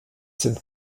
sind